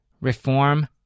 Reform